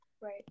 right